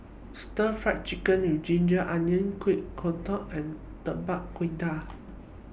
Stir Fry Chicken with Ginger Onion Kuih Kodok and Tapak Kuda